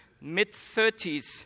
mid-30s